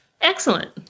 excellent